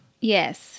Yes